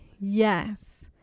Yes